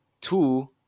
two